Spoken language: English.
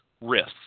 risks